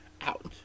out